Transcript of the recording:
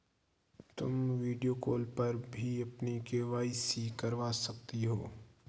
तुम video call पर भी अपनी के.वाई.सी करवा सकती हो